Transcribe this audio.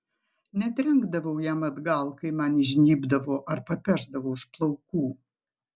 netrenkdavau jam atgal kai man įžnybdavo ar papešdavo už plaukų